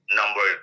number